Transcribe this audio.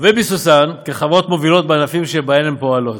וביסוסן כחברות מובילות בענפים שבהם הן פועלות.